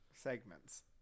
segments